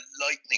lightning